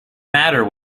matter